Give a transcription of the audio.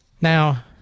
Now